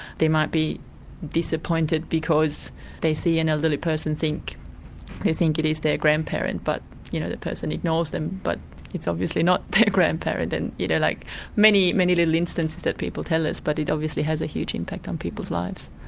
they might be disappointed because they see an elderly person and think it is their grandparent but you know, that person ignores them, but it's obviously not their grandparent. and you know, like many, many little instances that people tell us but it obviously has a huge impact on people's lives.